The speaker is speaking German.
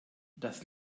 das